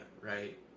right